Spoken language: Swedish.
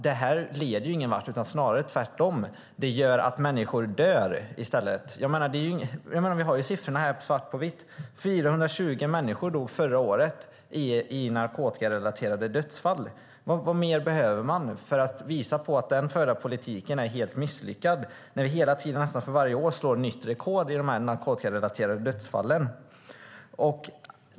Det här leder inte någonvart, utan gör snarare att människor dör i stället. Vi har siffrorna här svart på vitt. 420 människor dog förra året i narkotikarelaterade dödsfall. Vad mer behöver man för att visa att den förda politiken är helt misslyckad? Hela tiden, nästan för varje år, slås nytt rekord för de narkotikarelaterade dödsfallen.